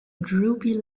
droopy